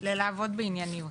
ללעבוד בענייניות.